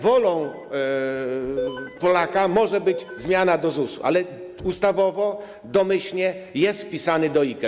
Wolą Polaka może być zmiana - do ZUS-u, ale ustawowo, domyślnie jest przypisany do IKE.